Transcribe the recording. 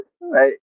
right